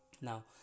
Now